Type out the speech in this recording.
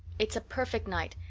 it's a perfect night,